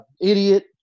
idiot